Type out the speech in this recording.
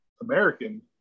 american